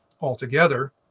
altogether